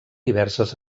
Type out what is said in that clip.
diverses